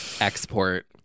Export